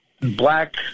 black